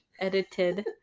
edited